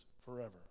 forever